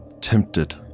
tempted